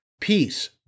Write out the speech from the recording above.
peace